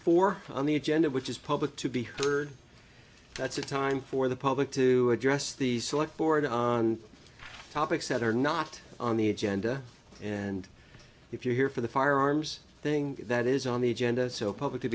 four on the agenda which is public to be heard that's a time for the public to address the select board on topics that are not on the agenda and if you're here for the firearms thing that is on the agenda so public